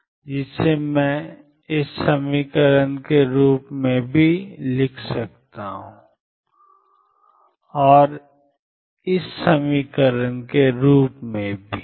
जिसे मैं 12sin πxL 12sin πxL cos 2πxL के रूप में लिख सकता हूं मैं 12sin 2πxLπxL sin 2πxL πxL के रूप में लिख सकता हूं